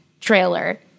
trailer